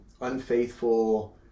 unfaithful